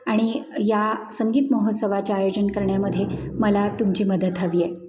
आणि या संगीत महोत्सवाचे आयोजन करण्यामध्ये मला तुमची मदत हवी आहे